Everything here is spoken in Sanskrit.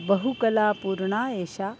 बहुकलापूर्णः एषः